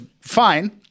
fine